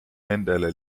nendele